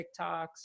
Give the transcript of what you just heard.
TikToks